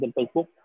Facebook